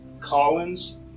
Collins